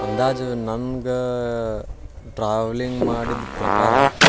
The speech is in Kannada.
ಅಂದಾಜು ನನ್ಗೆ ಟ್ರಾವೆಲಿಂಗ್ ಮಾಡಿದ ಪ್ರಕಾರ